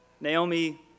Naomi